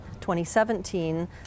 2017